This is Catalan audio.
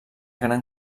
gran